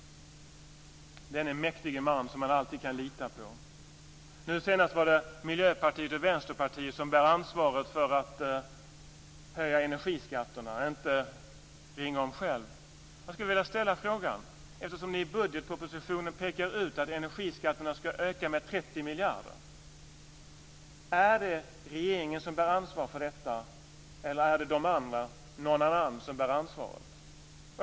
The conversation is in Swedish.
Denne mäktige man kan man alltid lita på. Nu senast var det Miljöpartiet och Vänsterpartiet som bar ansvaret för att höja energiskatterna - inte Ringholm själv. Jag skulle vilja ställa en fråga eftersom ni i budgetpropositionen pekar ut att energiskatterna ska öka med 30 miljarder. Är det regeringen som bär ansvar för detta, eller är det de andra - "Någon Annan" - som bär ansvaret?